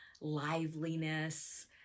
liveliness